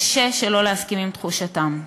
קשה שלא להסכים לתחושתם.